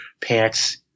pants